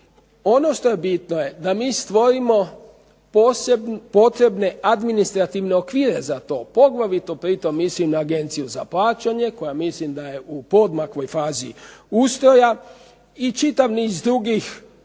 Ono što je bitno je da mi stvorimo potrebne administrativne okvire za to. Poglavito pritom mislim na Agenciju za plaćanje koja mislim da je u poodmakloj fazi ustroja i čitav niz drugih